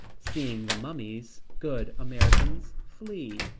seeing the mummies, good americans flee.